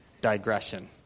digression